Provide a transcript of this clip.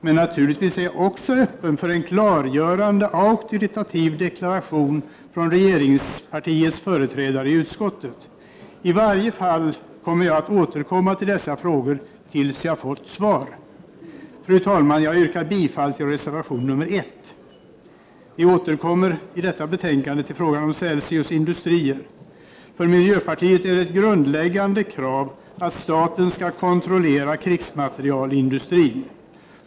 Men naturligtvis är jag också öppen för en klargörande, auktoritativ deklaration från regeringspartiets företrädare i utskottet. I varje fall kommer jag att återkomma till dessa frågor tills jag fått svar. Fru talman! Jag yrkar bifall till reservation nr 1. Vi återkommer i detta betänkande till frågan om Celsius Industrier. För miljöpartiet är det ett grundläggande krav att staten skall kontrollera krigsmaterielindustrin.